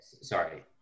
Sorry